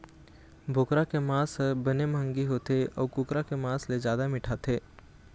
बोकरा के मांस ह बने मंहगी होथे अउ कुकरा के मांस ले जादा मिठाथे